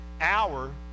hour